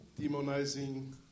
demonizing